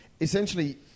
essentially